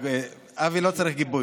אבי לא צריך גיבוי.